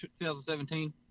2017